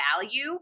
value